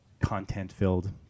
content-filled